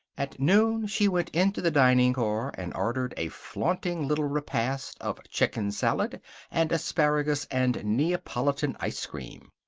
at noon she went into the dining car and ordered a flaunting little repast of chicken salad and asparagus and neapolitan ice cream.